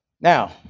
Now